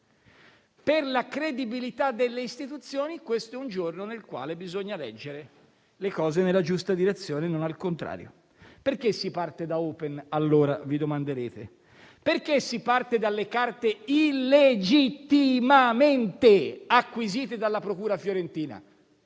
Per la credibilità delle Istituzioni questo è un giorno nel quale bisogna leggere le cose nella giusta direzione e non al contrario. Perché si parte da Open, allora? - vi domanderete. Perché si parte dalle carte illegittimamente acquisite dalla procura fiorentina?